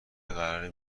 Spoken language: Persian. قراره